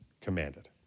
commanded